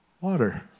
water